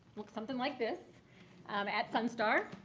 looks something like this at sun star.